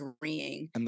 agreeing